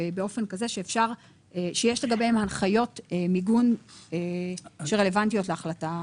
באופן כזה שיש לגביהם הנחיות מיגון שרלוונטיות להחלטה.